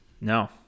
no